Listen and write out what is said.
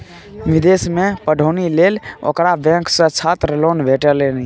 विदेशमे पढ़ौनी लेल ओकरा बैंक सँ छात्र लोन भेटलनि